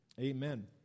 Amen